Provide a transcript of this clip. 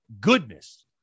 goodness